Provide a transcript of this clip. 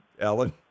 Alan